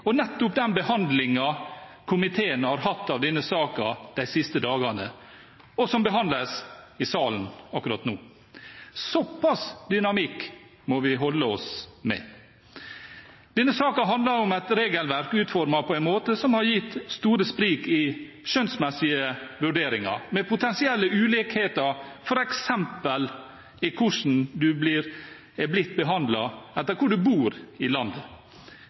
og nettopp den behandlingen komiteen har hatt av denne saken de siste dagene, og som behandles i salen akkurat nå. Så pass dynamikk må vi holde oss med. Denne saken handler om et regelverk utformet på en måte som har gitt store sprik i skjønnsmessige vurderinger og med potensielle ulikheter, f.eks. i hvordan man er blitt behandlet etter hvor man bor i landet.